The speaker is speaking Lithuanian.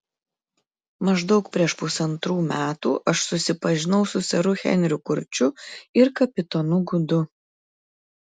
maždaug prieš pusantrų metų aš susipažinau su seru henriu kurčiu ir kapitonu gudu